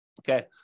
Okay